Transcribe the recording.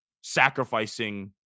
sacrificing